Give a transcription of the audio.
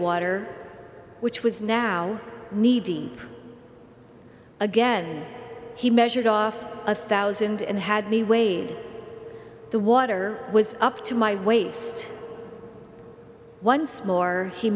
water which was now needy again he measured off a thousand and had me weighed the water was up to my waist once more he